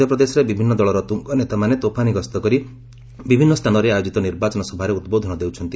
ମଧ୍ୟପ୍ରଦେଶରେ ବିଭିନ୍ନ ଦଳର ତୁଙ୍ଗ ନେତାମାନେ ତୋଫାନି ଗସ୍ତ କରି ବିଭିନ୍ନ ସ୍ଥାନରେ ଆୟୋଜିତ ନିର୍ବାଚନ ସଭାରେ ଉଦ୍ବୋଧନ ଦେଉଛନ୍ତି